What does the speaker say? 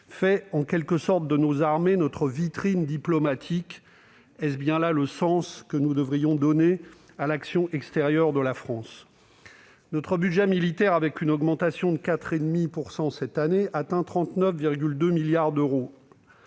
fait en quelque sorte de nos armées notre vitrine diplomatique. Est-ce bien là le sens que nous devrions donner à l'action extérieure de la France ? Notre budget militaire, avec une augmentation de 4,5 % cette année, atteint 39,2 milliards d'euros.